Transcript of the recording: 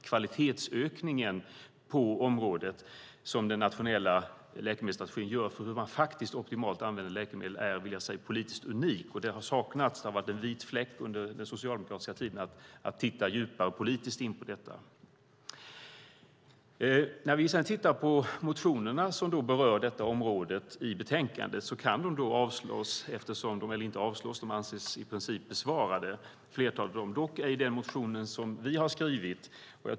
Kvalitetsökningen på området hur man optimalt använder läkemedel är politiskt unik och har saknats tidigare. Det var en vit fläck under den socialdemokratiska tiden att titta djupare politiskt på detta. De motioner i betänkandet som rör detta område kan avstyrkas eftersom de i princip är besvarade. Det gäller dock ej den motion som vi har skrivit.